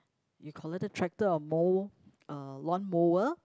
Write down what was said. you call it a tractor or mow uh lawnmower